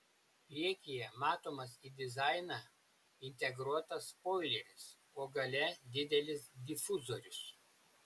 priekyje matomas į dizainą integruotas spoileris o gale didelis difuzorius